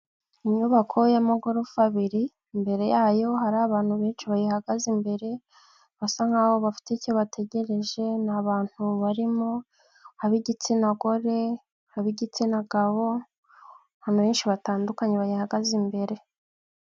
Inyubako y'amagorofa abiri, imbere yayo hari abantu benshi bayihagaze imbere, basa nk'aho bafite icyo bategereje, ni abantu barimo ab'igitsina gore ab'igitsina gabo, abantu benshi batandukanye bayihagaze imbere.